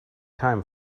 time